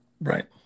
Right